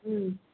हम्म